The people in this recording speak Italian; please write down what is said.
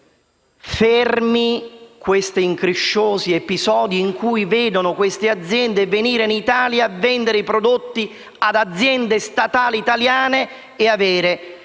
fermi questi incresciosi episodi, che vedono queste aziende venire in Italia a vendere i prodotti ad aziende statali italiane, avendo